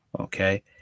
Okay